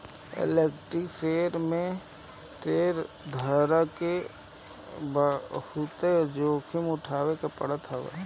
equity share में शेयरधारक के बहुते जोखिम उठावे के पड़त हवे